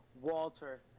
Walter